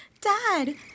Dad